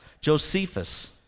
Josephus